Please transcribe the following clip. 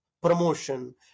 promotion